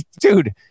dude